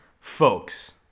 folks